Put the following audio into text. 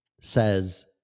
says